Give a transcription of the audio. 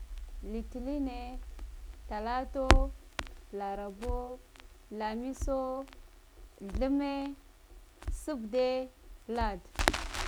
Littiline, talato, larabo, lamiso, themme, sbbde, lade.